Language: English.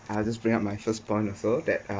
I’ll just bring up my first point also that uh